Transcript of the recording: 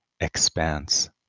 expanse